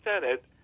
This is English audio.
Senate